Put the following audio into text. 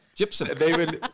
Gypsum